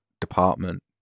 department